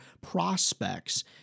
prospects